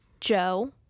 Joe